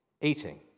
eating